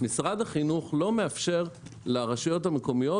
משרד החינוך לא מאפשר לרשויות המקומיות